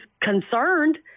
concerned